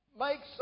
makes